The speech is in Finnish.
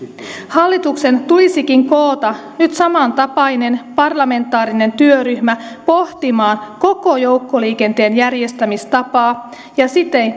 hallituksen tulisikin koota nyt samantapainen parlamentaarinen työryhmä pohtimaan koko joukkoliikenteen järjestämistapaa ja